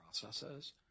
processes